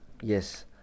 yes